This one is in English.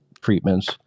treatments